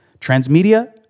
transmedia